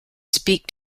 speak